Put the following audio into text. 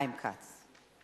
חיים כץ.